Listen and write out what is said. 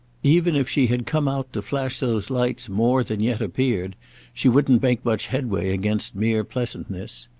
even if she had come out to flash those lights more than yet appeared she wouldn't make much headway against mere pleasantness.